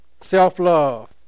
self-love